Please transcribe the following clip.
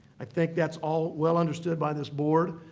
i think that's all well understood by this board,